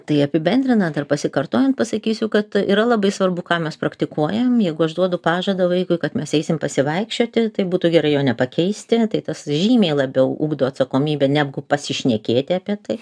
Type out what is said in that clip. tai apibendrinant ar pasikartojant pasakysiu kad yra labai svarbu ką mes praktikuojam jeigu aš duodu pažadą vaikui kad mes eisime pasivaikščioti tai būtų gerai jo nepakeisti tai tas žymiai labiau ugdo atsakomybę negu pasišnekėti apie tai